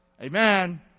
Amen